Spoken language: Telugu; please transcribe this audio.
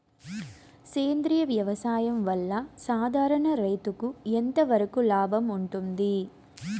సేంద్రియ వ్యవసాయం వల్ల, సాధారణ రైతుకు ఎంతవరకు లాభంగా ఉంటుంది?